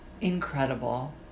incredible